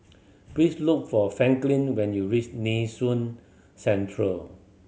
please look for Franklin when you reach Nee Soon Central